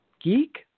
geek